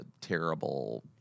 terrible